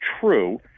true